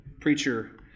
preacher